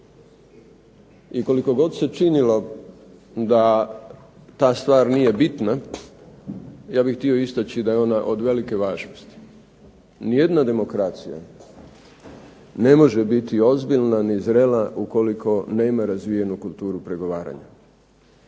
I koliko god se činilo da ta stvar nije bitna, ja bih htio istaći da je ona od velike važnosti. Ni jedna demokracija ne može biti ozbiljna ni zrela ukoliko nema razvijenu kulturu pregovaranja.